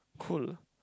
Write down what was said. cool